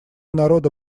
народа